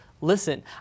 listen